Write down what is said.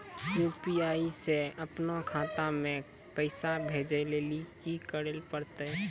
UPI से अपनो खाता मे पैसा भेजै लेली कि करै पड़तै?